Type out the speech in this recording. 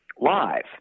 live